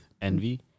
Envy